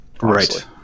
Right